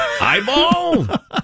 Eyeball